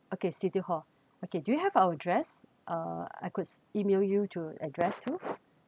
okay city hall okay do you have our address uh I could email you to address too